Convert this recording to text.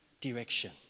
direction